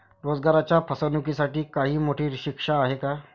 रोजगाराच्या फसवणुकीसाठी काही मोठी शिक्षा आहे का?